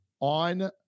on